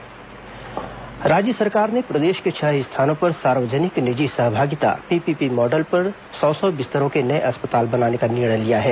PPP model अस्पताल राज्य सरकार ने प्रदेश के छह स्थानों पर सार्वजनिक निजी सहभागिता पीपीपी मॉडल पर सौ सौ बिस्तरों के नए अस्पताल बनाने का निर्णय लिया है